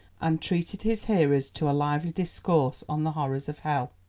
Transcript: and treated his hearers to a lively discourse on the horrors of hell.